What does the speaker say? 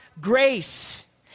grace